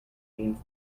means